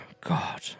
god